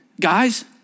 Guys